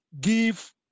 give